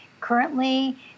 Currently